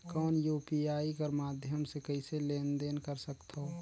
कौन यू.पी.आई कर माध्यम से कइसे लेन देन कर सकथव?